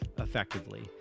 effectively